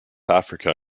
africa